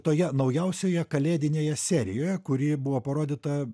toje naujausioje kalėdinėje serijoje kuri buvo parodyta